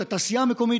את התעשייה המקומית,